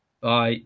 Bye